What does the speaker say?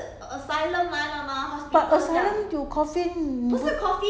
这那个什那个地方为什么会有一个 coffin 在那边